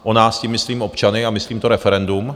O nás, tím myslím občany a myslím to referendum.